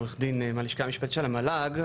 עורך דין מהלשכה המשפטית של המל"ג.